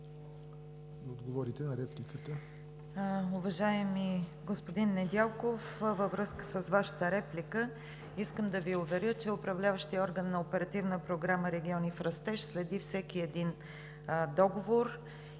отговорите на репликата.